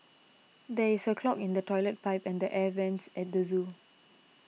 there is a clog in the Toilet Pipe and the Air Vents at the zoo